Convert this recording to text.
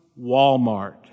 Walmart